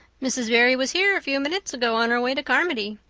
mrs. barry was here a few minutes ago on her way to carmody.